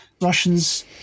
Russians